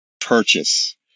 purchase